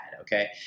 okay